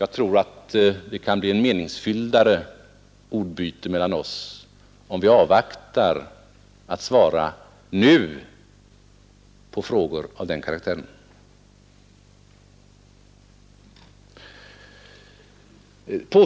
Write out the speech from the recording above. Jag tror att det kan bli ett mera meningsfyllt ordbyte mellan oss, om vi avvaktar litet och inte nu svarar på frågor av den karaktären.